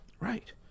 Right